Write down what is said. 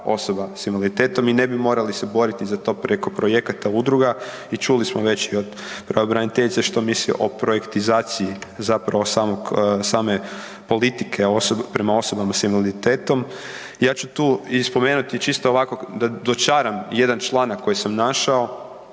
osoba s invaliditetom i ne bi se morali boriti za to preko projekata udruga. I čuli smo već i od pravobraniteljice što misli o projektizaciji same politike prema osobama s invaliditetom. Ja ću tu spomenuti čisto ovako da dočaram jedan članak koji sam našao